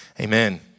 Amen